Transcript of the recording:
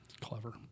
Clever